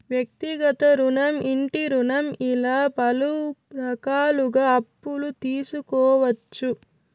వ్యక్తిగత రుణం ఇంటి రుణం ఇలా పలు రకాలుగా అప్పులు తీసుకోవచ్చు